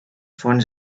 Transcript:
fonts